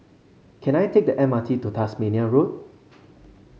can I take the M R T to Tasmania Road